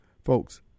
Folks